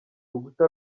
rukuta